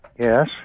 Yes